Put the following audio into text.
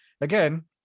again